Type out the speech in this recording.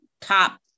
top